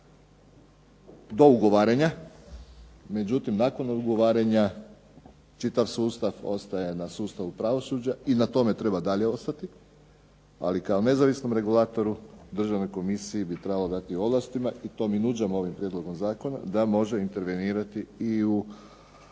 do ugovaranja, međutim, nakon ugovaranja čitav sustav ostaje na sustavu pravosuđa i na tome treba dalje ostati ali kao nezavisnom regulatoru Državnoj komisiji bi trebalo dati ovlasti i to mi nudimo ovim Prijedlogom zakona da može intervenirati u